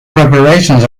preparations